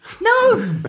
No